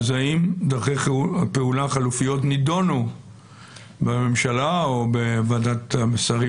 האם דרכי פעולה חלופיות נדונו בממשלה או בוועדת השרים